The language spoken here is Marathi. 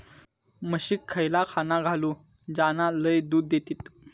म्हशीक खयला खाणा घालू ज्याना लय दूध देतीत?